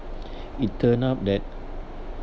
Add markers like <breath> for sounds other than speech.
<breath> it turn out that